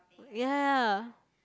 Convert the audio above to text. ya